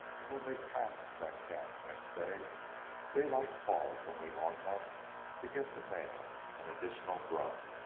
and when they passed that camp next day daylight paused only long enough to get the mail and additional grub.